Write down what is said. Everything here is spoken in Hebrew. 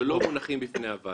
שלא מונחים בפני הוועדה.